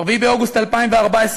ב-4 באוגוסט 2014,